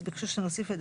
אז ביקשו שנוסיף את זה.